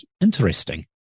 interesting